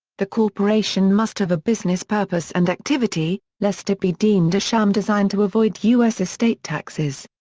the corporation must have a business purpose and activity, lest it be deemed a sham designed to avoid u s. estate taxes.